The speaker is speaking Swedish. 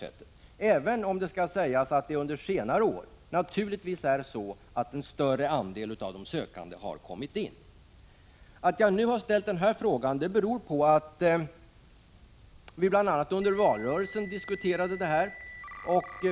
Men samtidigt måste jag, naturligtvis, medge att en större andel sökande har kommit in under senare år. Anledningen till att jag nu har framställt en interpellation är att vi bl.a. under valrörelsen diskuterade dessa saker.